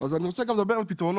אז אני רוצה גם לדבר על פתרונות,